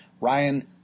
Ryan